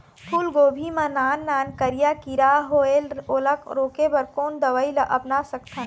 फूलगोभी मा नान नान करिया किरा होयेल ओला रोके बर कोन दवई ला अपना सकथन?